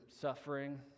suffering